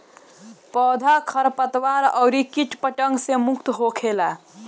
पौधा खरपतवार अउरी किट पतंगा से मुक्त होखेला